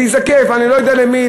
זה ייזקף אני לא יודע לזכות מי,